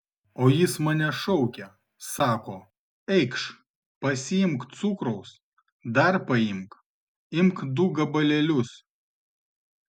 o jis mane šaukė sako eikš pasiimk cukraus dar paimk imk du gabalėlius